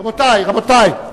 רבותי,